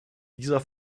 dieser